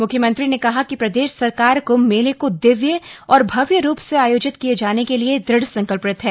मुख्यमंत्री ने कहा कि प्रदेश सरकार कुम्भ मेले को दिव्य और भव्य रूप से आयोजित किये जाने के लिये दृढ़ संकल्य है